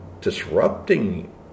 disrupting